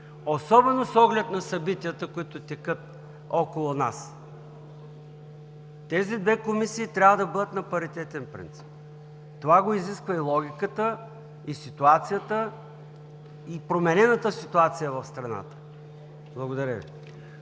Особено с оглед на събитията, които текат около нас. Тези две комисии трябва да бъдат на паритетен принцип. Това го изисква и логиката, и ситуацията, и променената ситуация в страната. Благодаря Ви.